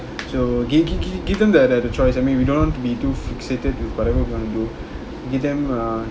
so give give give them the the choice I mean we don't have to be too fixated with whatever we are gonna do give them err